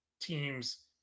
teams